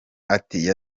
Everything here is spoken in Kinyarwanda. ati